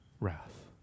wrath